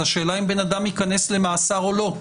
זו שאלה אם אדם ייכנס למאסר או לא.